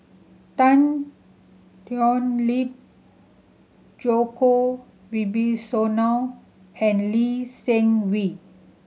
Tan Thoon Lip Djoko Wibisono and Lee Seng Wee